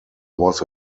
was